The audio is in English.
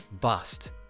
bust